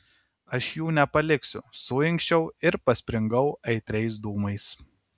aš jų nepaliksiu suinkščiau ir paspringau aitriais dūmais